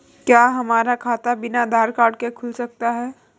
क्या हमारा खाता बिना आधार कार्ड के खुल सकता है?